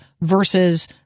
versus